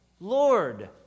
Lord